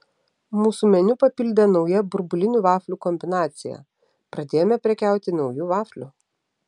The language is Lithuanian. mūsų meniu papildė nauja burbulinių vaflių kombinacija pradėjome prekiauti nauju vafliu